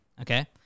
okay